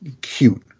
cute